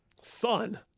Son